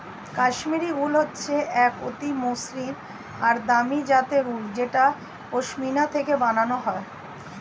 কাশ্মীরি উল হচ্ছে এক অতি মসৃন আর দামি জাতের উল যেটা পশমিনা থেকে বানানো হয়